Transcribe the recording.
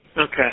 Okay